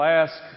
ask